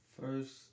first